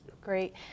Great